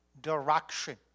direction